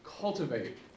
cultivate